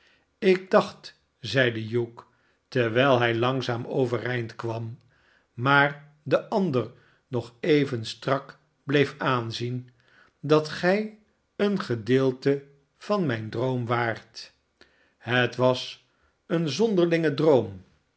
ik dacht zeide hugh terwijl hij langzaam overeind kwam maar den ander nog even strak bleef aanzien dat gij een gedeelte van mijn droom waart het was een zonderlinge droom